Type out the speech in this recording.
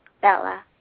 Bella